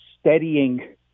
steadying